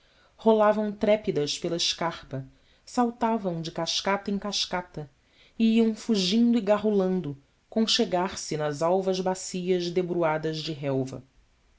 rolavam trépidas pela escarpa saltavam de cascata em cascata e iam fugindo e garrulando conchegar se nas alvas bacias debruadas de relva